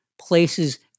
places